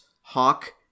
Hawk